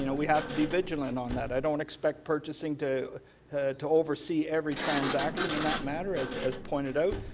you know we have to be vigilant on that. i don't expect purchasng to to oversee every transaction in that manner as as pointed out,